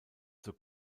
zur